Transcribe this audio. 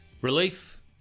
Relief